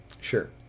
Sure